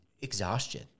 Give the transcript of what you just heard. exhaustion